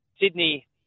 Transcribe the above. Sydney